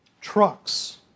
trucks